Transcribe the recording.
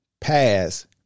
pass